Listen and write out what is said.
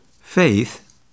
Faith